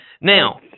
Now